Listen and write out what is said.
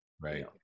Right